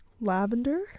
lavender